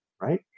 right